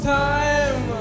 time